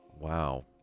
Wow